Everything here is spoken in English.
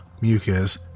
mucus